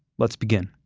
let's begin